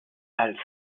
hals